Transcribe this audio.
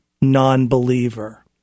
Non-believer